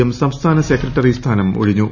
M സംസ്ഥാന secretary സ്ഥാനം ഒഴിഞ്ഞു